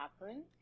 happen